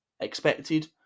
Expected